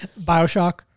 Bioshock